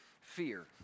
fear